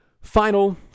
final